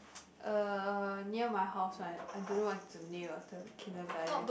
uh near my house [one] I do not know what's the name of the kindergarten